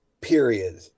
period